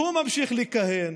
והוא ממשיך לכהן,